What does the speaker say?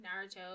Naruto